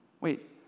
Wait